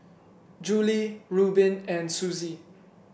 Julie Rubin and Suzy